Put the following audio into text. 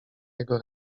jego